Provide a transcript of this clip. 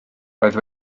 roedd